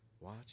watch